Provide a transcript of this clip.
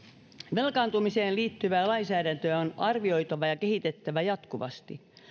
velkaantumiseen liittyvää lainsäädäntöä on arvioitava ja kehitettävä jatkuvasti